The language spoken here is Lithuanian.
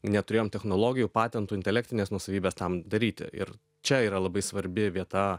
neturėjom technologijų patentų intelektinės nuosavybės tam daryti ir čia yra labai svarbi vieta